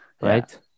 right